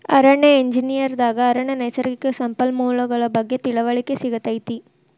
ಅರಣ್ಯ ಎಂಜಿನಿಯರ್ ದಾಗ ಅರಣ್ಯ ನೈಸರ್ಗಿಕ ಸಂಪನ್ಮೂಲಗಳ ಬಗ್ಗೆ ತಿಳಿವಳಿಕೆ ಸಿಗತೈತಿ